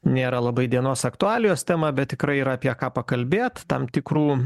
nėra labai dienos aktualijos tema bet tikrai yra apie ką pakalbėt tam tikrų